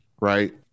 right